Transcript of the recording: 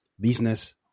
business